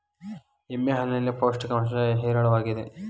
ಎಮ್ಮೆ ಹಾಲಿನಲ್ಲಿ ಪೌಷ್ಟಿಕಾಂಶ ಹೇರಳವಾಗಿದೆ